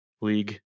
league